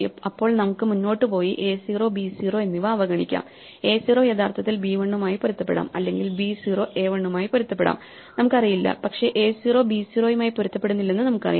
അപ്പോൾ നമുക്ക് മുന്നോട്ട് പോയി എ 0 ബി 0 എന്നിവ അവഗണിക്കാം എ 0 യഥാർത്ഥത്തിൽ ബി 1 മായി പൊരുത്തപ്പെടാം അല്ലെങ്കിൽ ബി 0 എ 1 മായി പൊരുത്തപ്പെടാം നമുക്കറിയില്ല പക്ഷേ എ 0 ബി 0 യുമായി പൊരുത്തപ്പെടുന്നില്ലെന്ന് നമുക്കറിയാം